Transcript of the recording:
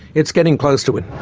it's getting close to it.